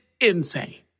insane